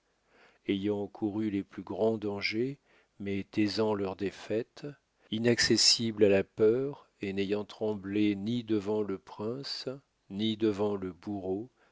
ayant couru les plus grands dangers mais taisant leurs défaites inaccessibles à la peur et n'ayant tremblé ni devant le prince ni devant le bourreau